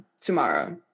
tomorrow